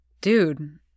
Dude